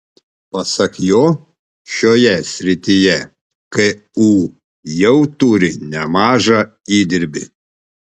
pasak jo šioje srityje ku jau turi nemažą įdirbį